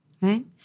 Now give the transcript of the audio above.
Right